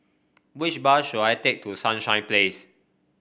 which bus should I take to Sunshine Place